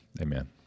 Amen